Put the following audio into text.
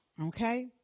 Okay